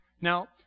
Now